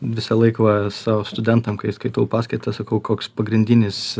visąlaik va savo studentam kai skaitau paskaitas sakau koks pagrindinis